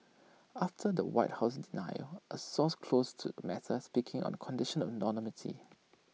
after the white house denial A source close to matter speaking on condition of anonymity